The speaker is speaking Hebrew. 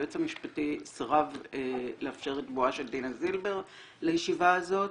היועץ המשפטי סירב לאפשר את בואה של דינה זילבר לישיבה הזאת